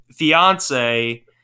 fiance